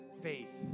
faith